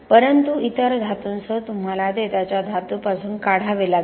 परंतु इतर धातूंसह तुम्हाला ते त्याच्या धातूपासून काढावे लागेल